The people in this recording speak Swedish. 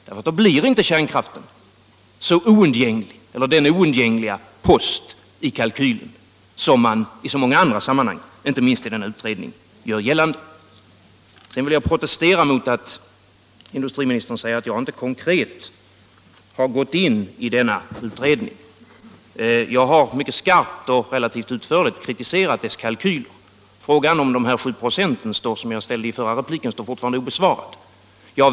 Då blir inte kärnkraften den oundgängliga post i kalkylen som man i så många andra sammanhang — inte minst i denna utredning — gör gällande. Sedan vill jag protestera mot att industriministern säger att jag inte konkret gått in på denna utredning. Jag har mycket skarpt och relativt utförligt kritiserat dess kalkyler. Frågan om de sju procenten, som jag ställde i min förra replik, står fortfarande obesvarad.